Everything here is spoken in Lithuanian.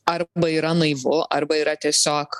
arba yra naivu arba yra tiesiog